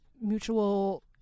mutual